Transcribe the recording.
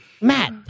Matt